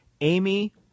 Amy